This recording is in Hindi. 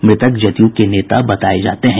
मृतक जदयू को नेता बताये जाते हैं